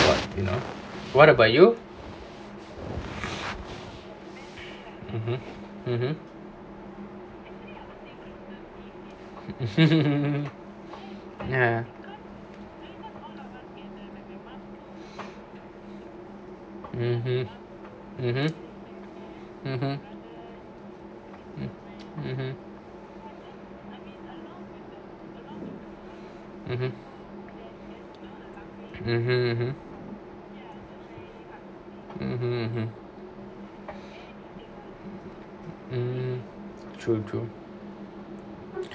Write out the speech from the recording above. you know what about you (uh huh) ya (uh huh) uh (uh huh) hmm true true